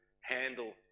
handle